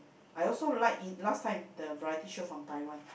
I also like in last time the variety show from Taiwan